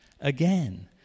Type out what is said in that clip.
again